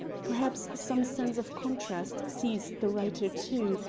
perhaps some sense of contrast seized the writer, too,